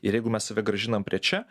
ir jeigu mes save grąžinam prie čia